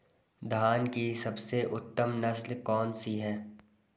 धान की सबसे उत्तम नस्ल कौन सी है?